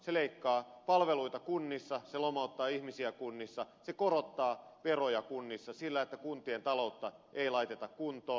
se leikkaa palveluita kunnissa se lomauttaa ihmisiä kunnissa se korottaa veroja kunnissa sillä että kuntien taloutta ei laiteta kuntoon